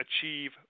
achieve